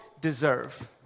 deserve